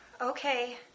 Okay